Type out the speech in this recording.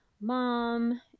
mom